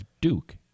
Duke